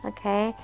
Okay